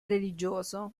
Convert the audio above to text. religioso